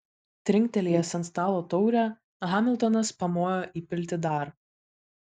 trinktelėjęs ant stalo taurę hamiltonas pamojo įpilti dar